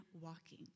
walking